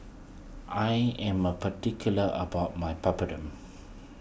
I am a particular about my Papadum